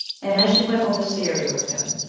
and as she went over syria with him,